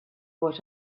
what